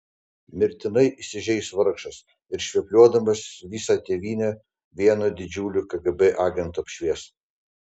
mirtinai įsižeis vargšas ir švepluodamas visą tėvynę vienu didžiuliu kgb agentu apšvies